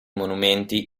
monumenti